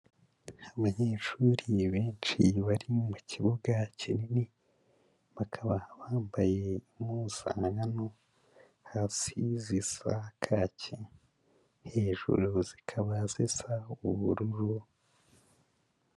Abanyeshuri benshi bari mu kibuga kinini, bakaba bambaye impuzankano hasi zisa kacyi, hejuru zikaba zisa ubururu.